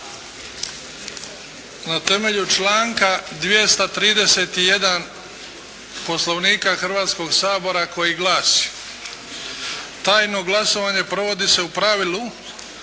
Na temelju članka 231. Poslovnika Hrvatskoga sabora koji glasi: "Tajno glasovanje provodi se u pravilu